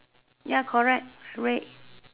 ya correct red